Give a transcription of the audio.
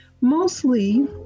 Mostly